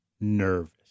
nervous